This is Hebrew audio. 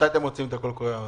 מתי אתם מוציאים את הקול קורא?